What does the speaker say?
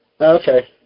Okay